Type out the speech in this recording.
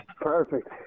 Perfect